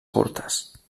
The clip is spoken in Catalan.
curtes